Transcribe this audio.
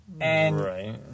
Right